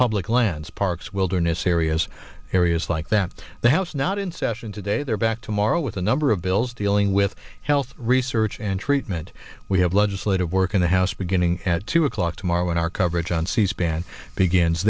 public lands parks wilderness areas areas like that the house not in session today they're back tomorrow with a number of bills dealing with health research and treatment we have legislative work in the house beginning at two o'clock tomorrow and our coverage on c span begins